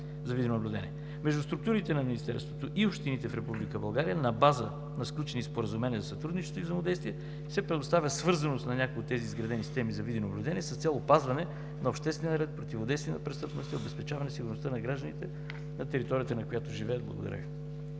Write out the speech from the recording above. Между структурите на Министерството и общините в Република България на база на сключени споразумения за сътрудничество и взаимодействие се предоставя свързаност на някои от тези изградени системи за видеонаблюдение с цел опазване на обществения ред, противодействие на престъпността, обезпечаване сигурността на гражданите на територията, на която живеят. Благодаря